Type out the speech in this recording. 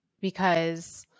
because-